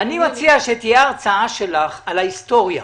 אני מציע שתהיה הרצאה שלך על ההיסטוריה,